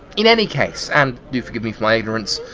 in any case, and do forgive me for my ignorance.